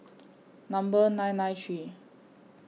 Number nine nine three